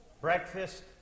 breakfast